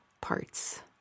parts